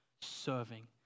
serving